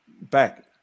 back